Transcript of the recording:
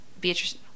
Beatrice